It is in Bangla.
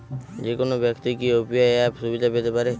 যেকোনো ব্যাক্তি কি ইউ.পি.আই অ্যাপ সুবিধা পেতে পারে?